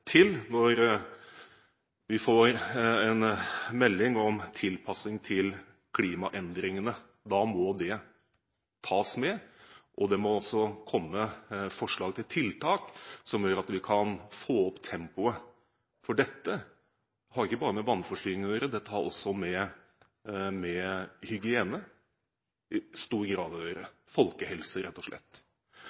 til når vi får en melding om tilpasning til klimaendringene. Da må det tas med, og det må også komme forslag til tiltak som gjør at vi kan få opp tempoet. For dette har ikke bare med vannforsyning å gjøre, dette har også i stor grad å gjøre med hygiene – med folkehelse, rett og slett.